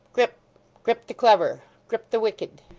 grip grip the clever, grip the wicked,